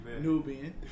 Nubian